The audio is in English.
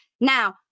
Now